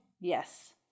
Yes